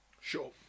Sure